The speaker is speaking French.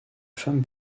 femme